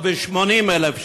380,000 ש"ח.